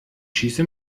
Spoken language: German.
schieße